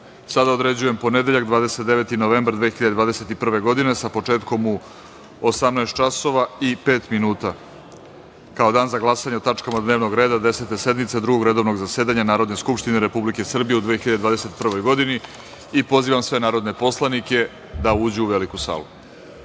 određujem ponedeljak 29. novembar 2021. godine sa početkom u 18 časova i pet minuta, kao dan za glasanje o tačkama dnevnog reda Desete sednice Drugog redovnog zasedanja Narodne skupštine Republike Srbije u 2021. godini i pozivam sve narodne poslanike da uđu u veliku salu.